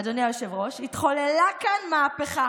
אדוני היושב-ראש, "התחוללה כאן מהפכה